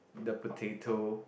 the potato